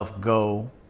go